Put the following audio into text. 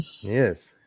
yes